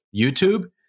YouTube